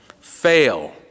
Fail